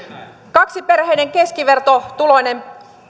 kaksihenkinen keskivertotuloinen